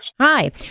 Hi